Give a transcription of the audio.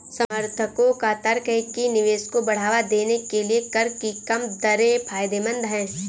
समर्थकों का तर्क है कि निवेश को बढ़ावा देने के लिए कर की कम दरें फायदेमंद हैं